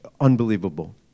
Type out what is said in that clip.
unbelievable